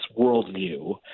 worldview